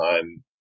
time